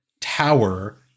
tower